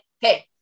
hey